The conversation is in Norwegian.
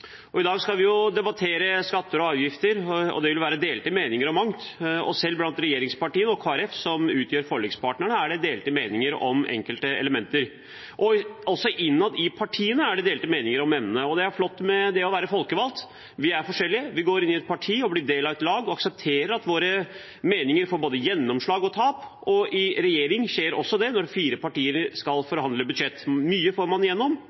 regjeringspartiene. I dag skal vi debattere skatter og avgifter, og det vil være delte meninger om mangt. Selv blant regjeringspartiene og Kristelig Folkeparti, som utgjør forlikspartnerne, er det delte meninger om enkelte elementer. Også innad i partiene er det delte meninger om emnene. Det er det flotte ved det å være folkevalgt – vi er forskjellige. Vi går inn i et parti, blir en del av et lag og aksepterer at våre meninger får både gjennomslag og tap. I regjering skjer også det når fire partier skal forhandle om budsjett. Mye får man igjennom,